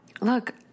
Look